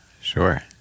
Sure